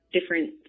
different